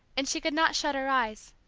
and she could not shut her eyes.